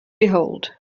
behold